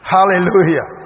Hallelujah